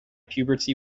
puberty